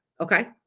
okay